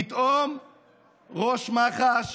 פתאום ראש מח"ש